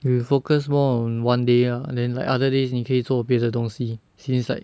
you will focus more on one day uh and then like other days 你可以做别的东西 since like